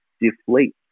Deflate